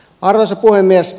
arvoisa puhemies